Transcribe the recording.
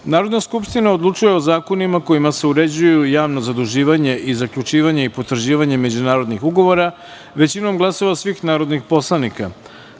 Narodna skupština odlučuje o zakonima kojima se uređuju javno zaduživanje i zaključivanje i potraživanje međunarodnih ugovora većinom glasova svih narodnih poslanika. Stavljam